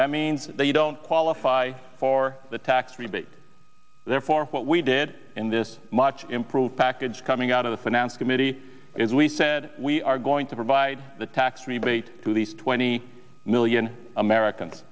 that means they don't qualify i for the tax rebate there for what we did in this much improved package coming out of the finance committee is we said we are going to provide the tax rebate to these twenty million americans